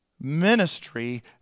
ministry